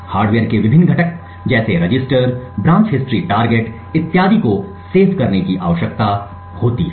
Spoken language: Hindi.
हार्डवेयर के विभिन्न घटक जैसे रजिस्टर ब्रांच हिस्ट्री टारगेट इत्यादि को सेव करने की आवश्यकता होती है